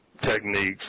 techniques